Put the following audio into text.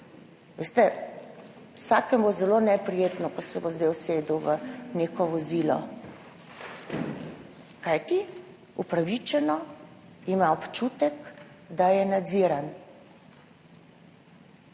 Veste, vsakemu bo zelo neprijetno, ko se bo zdaj usedel v neko vozilo, kajti upravičeno bo imel občutek, da je nadziran.